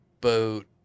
boat